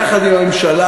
יחד עם הממשלה,